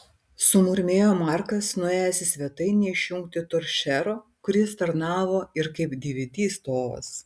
sumurmėjo markas nuėjęs į svetainę išjungti toršero kuris tarnavo ir kaip dvd stovas